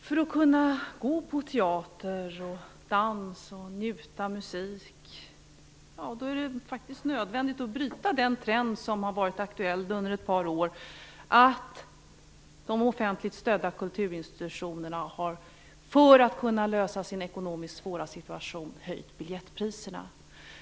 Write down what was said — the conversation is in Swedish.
Fru talman! För att människor skall kunna gå på teater och dans och njuta av musik är det nödvändigt att bryta den trend som har varit aktuell under ett par år, dvs. att de offentligt stödda kulturinstitutionerna för att komma till rätta med sin ekonomiskt svåra situation har höjt biljettpriserna.